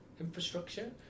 infrastructure